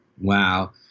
Wow